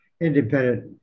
independent